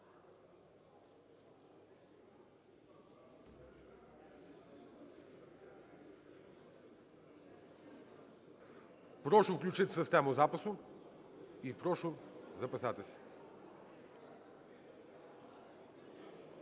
Прошу включити систему запису і прошу записатись.